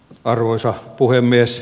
arvoisa puhemies